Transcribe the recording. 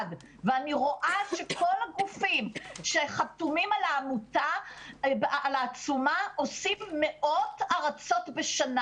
בלבד ואני רואה שכל הגופים שחתומים על העצומה עושים מאות הרצות בשנה.